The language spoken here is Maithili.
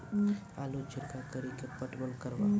आलू छिरका कड़ी के पटवन करवा?